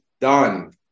done